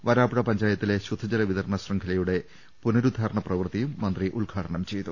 വരാപ്പുഴ പഞ്ചായത്തിലെ ശുദ്ധജല വിതരണ ശൃംഖലയുടെ പുനരുദ്ധാരണ പ്രവൃത്തിയും മന്ത്രി ഉദ്ഘാ ടനം ചെയ്തു